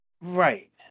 Right